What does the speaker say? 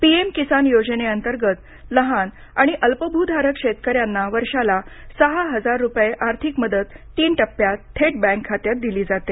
PM Kisan योजनेअंतर्गत लहान आणि अल्पभूधारक शेतकऱ्यांना वर्षाला सहा हजार रुपये आर्थिक मदत तीन टप्प्यात थेट बँक खात्यात दिली जाते